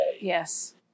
Yes